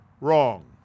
wrong